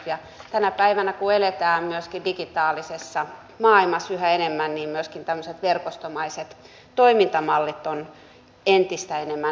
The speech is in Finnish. ja tänä päivänä kun eletään myöskin digitaalisessa maailmassa yhä enemmän niin myöskin tämmöiset verkostomaiset toimintamallit ovat entistä enemmän mahdollisia